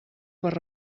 per